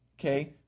okay